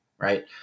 right